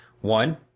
one